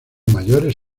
mayores